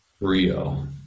Rio